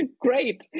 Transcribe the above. Great